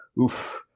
Oof